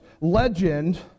legend